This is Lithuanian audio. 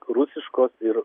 rusiškos ir